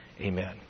Amen